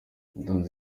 yatanze